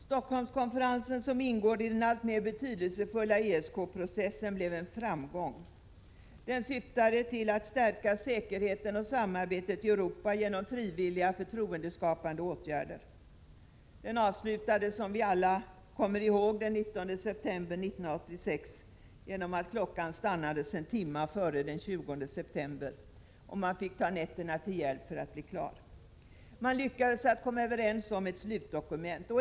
Stockholmskonferensen, som ingår i den alltmer betydelsefulla ESK processen, blev en framgång. Den syftade till att stärka säkerheten och samarbetet i Europa genom frivilliga förtroendeskapande åtgärder. Stockholmskonferensen avslutades den 19 september 1986, som vi alla kommer ihåg, genom att klockan stannades en timme före den 20 september och man tog nätterna till hjälp för att bli klar. Man lyckades vid Stockholmskonferensen komma överens om ett slutdokument.